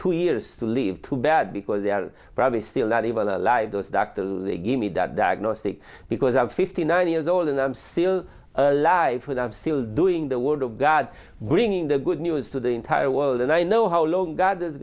two years to live too bad because they are probably still not even alive those doctors to give me that diagnostic because i'm fifty nine years old and i'm still alive and i've still doing the word of god bringing the good news to the entire world and i know how long god